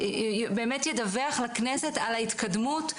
באמת ידווח לכנסת על ההתקדמות,